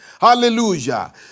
hallelujah